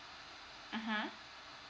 mmhmm